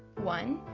one,